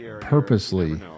purposely